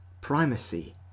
primacy